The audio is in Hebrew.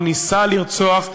הוא ניסה לרצוח,